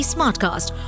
Smartcast